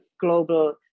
global